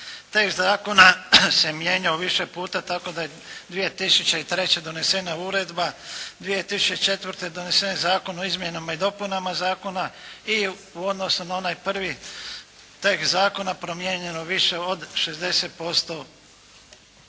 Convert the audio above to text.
tekst zakona se mijenjao više puta tako da je 2003. donesena uredba, 2004. donesen je Zakon o izmjenama i dopunama zakona i u odnosu na onaj prvi tekst zakona promijenjeno je više od 60%